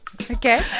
okay